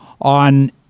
on